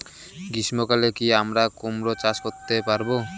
গ্রীষ্ম কালে কি আমরা কুমরো চাষ করতে পারবো?